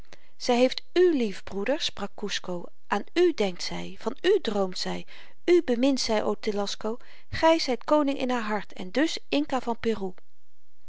zy heeft u lief broeder sprak kusco aan u denkt zy van u droomt zy u bemint zy o telasco gy zyt koning in haar hart en dus inca van peru